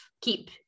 keep